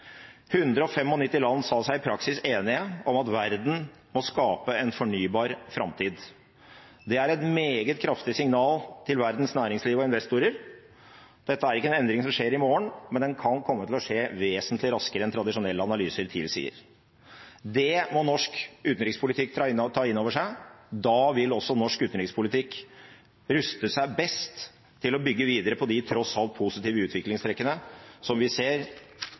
land sa seg i praksis enige om at verden må skape en fornybar framtid. Det er et meget kraftig signal til verdens næringsliv og investorer. Det er ikke en endring som skjer i morgen, men den kan komme til å skje vesentlig raskere enn tradisjonelle analyser tilsier. Det må norsk utenrikspolitikk ta inn over seg. Da vil også norsk utenrikspolitikk ruste seg best til å bygge videre på de tross alt positive utviklingstrekkene som vi ser,